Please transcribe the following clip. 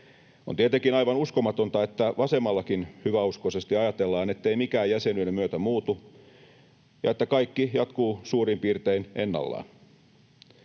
On tietenkin aivan uskomatonta, että vasemmallakin hyväuskoisesti ajatellaan, ettei mikään jäsenyyden myötä muutu ja että kaikki jatkuu suurin piirtein ennallaan.